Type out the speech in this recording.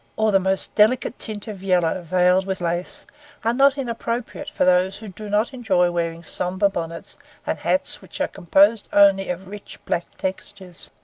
or the most delicate tint of yellow veiled with lace are not inappropriate for those who do not enjoy wearing sombre bonnets and hats which are composed only of rich, black textures.